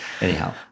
Anyhow